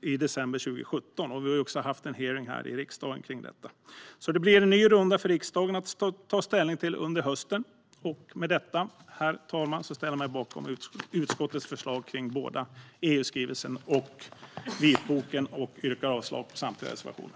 i december 2017. Vi har också haft en hearing i riksdagen om detta. Det blir alltså en ny runda för riksdagen att ta ställning till under hösten. Med detta, herr talman, ställer jag mig bakom utskottets förslag gällande både EU-skrivelsen och vitboken. Jag yrkar avslag på samtliga reservationer.